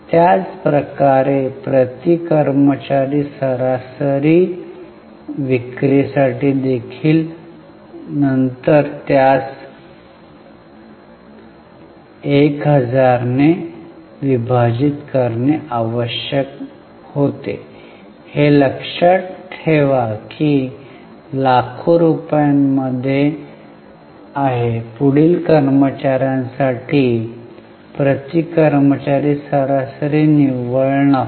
त्याच प्रकारे प्रति कर्मचारी सरासरी विक्री साठी देखील नंतर त्यास 1000 ने विभाजित करणे आवश्यक होते हे लक्षात ठेवा की हे लाखो रुपयांमध्ये आहे पुढील कर्मचार् यासाठी प्रति कर्मचारी सरासरी निव्वळ नफा